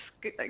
good